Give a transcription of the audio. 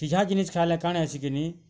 ସିଝା ଜିନିଷ୍ ଖାଇଲେ କାଁଣ ହଉଛି କିନି